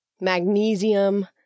magnesium